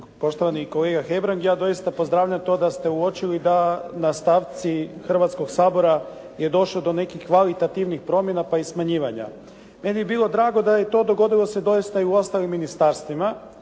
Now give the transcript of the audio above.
Poštovani kolega Hebrang, ja doista pozdravljam to da ste uočili da na stavci Hrvatskog sabora je došli do nekih kvalitativnih promjena pa i smanjivanja. Meni bi bilo drago da je to dogodilo se doista i u ostalim ministarstvima,